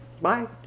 bye